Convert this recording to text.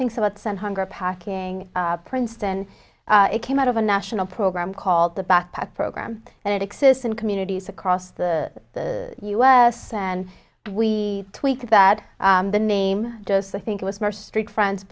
things about send hunger packing princeton it came out of a national program called the backpack program and it exists in communities across the u s and we tweak that the name just i think it was more street friends